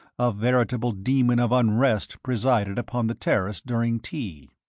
a veritable demon of unrest presided upon the terrace during tea.